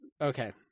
okay